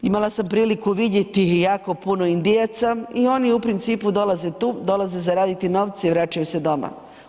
Imala sam priliku vidjeti jako puno Indijaca i oni u principu dolaze tu, dolaze zaraditi novce i vraćaju se doma.